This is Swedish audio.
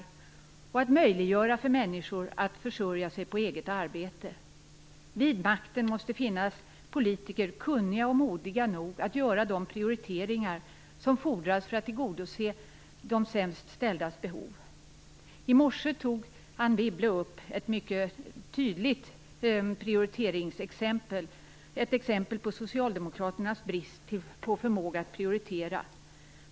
Vidare måste de göra det möjligt för människor att försörja sig på eget arbete. Vid makten måste finnas politiker som är kunniga och mogna nog att göra de prioriteringar som fordras för att tillgodose de sämst ställdas behov. I morse tog Anne Wibble ett mycket tydligt prioriteringsexempel. Det gällde Socialdemokraternas bristande förmåga att prioritera.